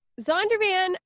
Zondervan